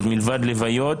מלבד לוויות